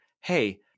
Hey